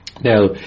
Now